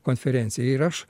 konferenciją ir aš